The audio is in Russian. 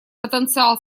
потенциал